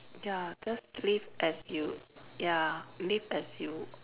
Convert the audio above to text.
ya just live as you ya live as you